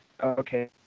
Okay